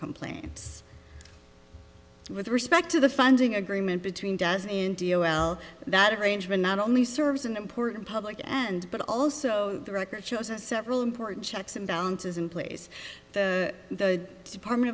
complaints with respect to the funding agreement between does india well that arrangement not only serves an important public and but also the record shows several important checks and balances in place the department